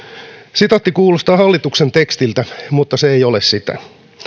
sitaatti kuulostaa hallituksen tekstiltä mutta se ei ole sitä